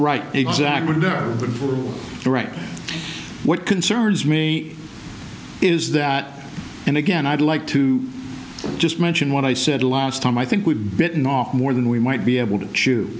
right exactly right what concerns me is that and again i'd like to just mention what i said last time i think we've bitten off more than we might be able to ch